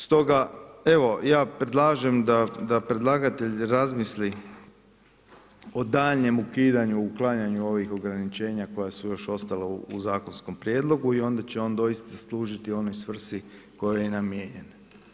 Stoga evo ja predlažem da predlagatelj razmisli o daljnjem ukidanju, uklanjanju ovih ograničenja koja su još ostala u zakonskom prijedlogu i onda će on doista služiti onoj svrsi kojoj je i namijenjen.